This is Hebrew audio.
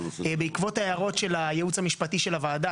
בעקבות ההערות של הייעוץ המשפטי של הוועדה